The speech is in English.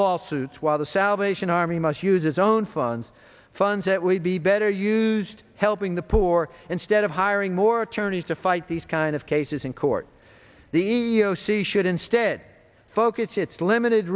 lawsuits while the salvation army must use its own funds funds that would be better used helping the poor instead of hiring more attorneys to fight these kind of cases in court the e e o c should instead focus its limited